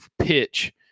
pitch